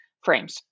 frames